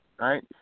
right